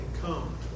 come